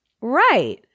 right